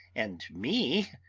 and me,